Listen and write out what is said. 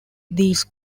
these